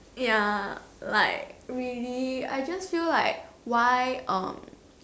ya like maybe I just feel like why on